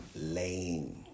Lame